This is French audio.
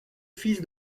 fils